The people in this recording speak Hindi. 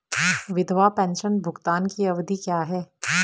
विधवा पेंशन भुगतान की अवधि क्या है?